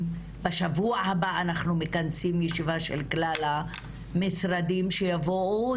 בשבוע הבא אנחנו מכנסים ישיבה של כלל המשרדים שיבואו,